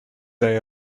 day